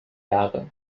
jahre